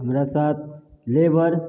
हमरा साथ लेबर